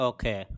Okay